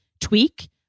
tweak